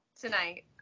tonight